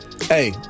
hey